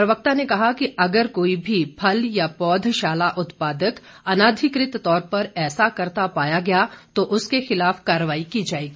प्रवक्ता ने कहा कि अगर कोई भी फल या पौधशाला उत्पादक अनाधिकृत तौर पर ऐसा करता पाया गया तो उसके खिलाफ कार्रवाई की जाएगी